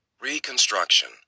Reconstruction